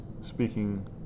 speaking